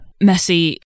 messy-